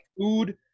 Food